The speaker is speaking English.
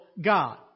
God